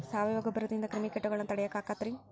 ಸಾವಯವ ಗೊಬ್ಬರದಿಂದ ಕ್ರಿಮಿಕೇಟಗೊಳ್ನ ತಡಿಯಾಕ ಆಕ್ಕೆತಿ ರೇ?